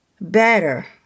better